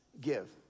give